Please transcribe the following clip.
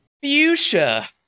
Fuchsia